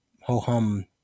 ho-hum